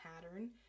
pattern